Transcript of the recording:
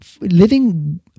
living